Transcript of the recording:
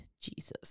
Jesus